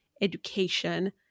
education